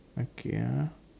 okay ah